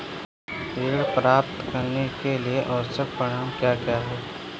ऋण प्राप्त करने के लिए आवश्यक प्रमाण क्या क्या हैं?